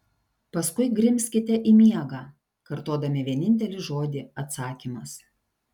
paskui grimzkite į miegą kartodami vienintelį žodį atsakymas